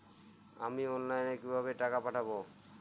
আমি অনলাইনে কিভাবে টাকা পাঠাব?